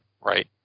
right